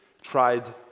tried